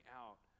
out